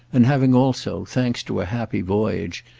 and having also, thanks to a happy voyage,